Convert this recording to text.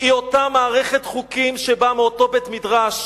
היא אותה מערכת חוקים שבאה מאותו בית-המדרש